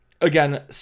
Again